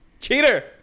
Cheater